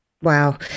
Wow